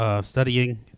studying